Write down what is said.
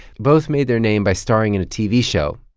both made their name by starring in a tv show.